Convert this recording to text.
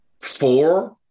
four